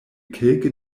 kelke